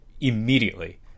immediately